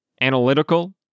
analytical